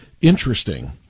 Interesting